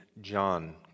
John